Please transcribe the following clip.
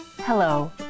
Hello